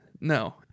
No